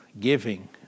Giving